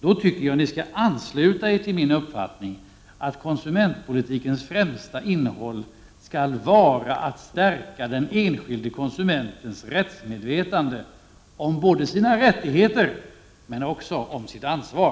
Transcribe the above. Då tycker jag att justitieministern skall ansluta sig till min uppfattning att konsumentpolitikens främsta innehåll skall vara att stärka den enskilde konsumentens rättsmedvetande om både sina rättigheter men också om sitt ansvar.